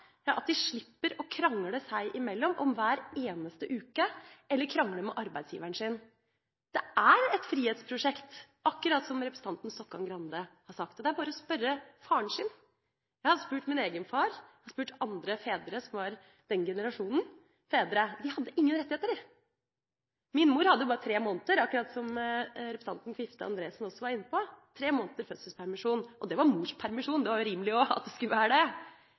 at de slipper å krangle seg imellom om hver eneste uke, eller krangle med arbeidsgiveren sin. Det er et frihetsprosjekt, akkurat som representanten Stokkan-Grande har sagt. Det er bare å spørre faren sin. Jeg har spurt min egen far og andre fedre som er i den generasjonen fedre. De hadde ingen rettigheter, de. Min mor hadde bare tre måneder, akkurat som representanten Kvifte Andresen også var inne på – tre måneders fødselspermisjon. Og det var mors permisjon, det var rimelig at det skulle være det.